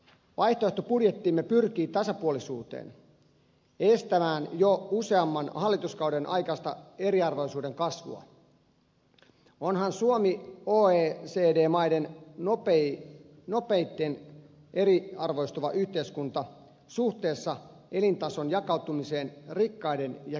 vaihtoehtobudjettimme pyrkii tasapuolisuuteen estämään jo useamman hallituskauden aikaista eriarvoisuuden kasvua onhan suomi oecd maiden nopeiten eriarvoistuva yhteiskunta suhteessa elintason jakautumiseen rikkaiden ja köyhien välillä